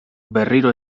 berriro